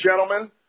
gentlemen